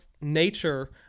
nature